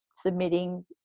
submitting